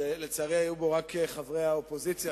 שלצערי היו בו רק חברי האופוזיציה,